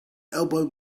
elbowed